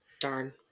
darn